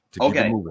okay